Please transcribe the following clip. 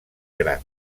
gran